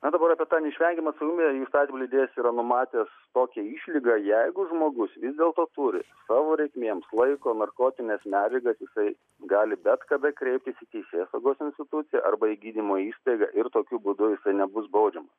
na dabar apie tą neišvengiamą atsakomybę įstatymų leidėjas yra numatęs tokią išlygą jeigu žmogus vis dėlto turi savo reikmėms laiko narkotines medžiagas jisai gali bet kada kreiptis į teisėsaugos instituciją arba į gydymo įstaigą ir tokiu būdu jis nebus baudžiamas